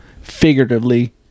figuratively